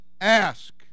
ask